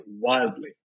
wildly